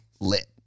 lit